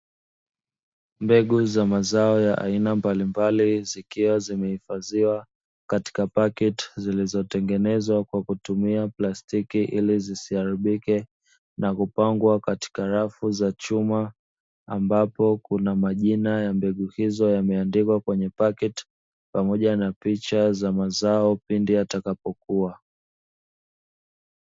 Mbegu za mazao ya aina mbalimbali zikiwa zimehifadhiwa katika paketi zilizotengenezwa kwa kutumia plastiki, ili zisiharibike na kupangwa katika rafu za chuma, ambapo kuna majina ya mbegu hizo yameandikwa kwenye paketi, pamoja na picha za mazao pindi yatakapokua.